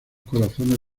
corazones